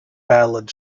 ballad